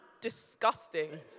disgusting